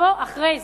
שתבוא אחרי זה,